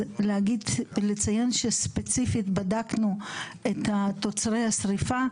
אז לציין שספציפית בדקנו את תוצרי השריפה,